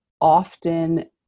often